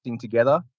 together